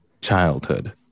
childhood